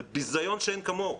זה ביזיון שאין כמוהו.